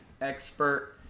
expert